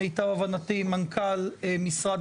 מנכ״ל משרד